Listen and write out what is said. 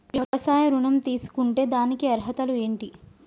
వ్యవసాయ ఋణం తీసుకుంటే దానికి అర్హతలు ఏంటి?